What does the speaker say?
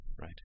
right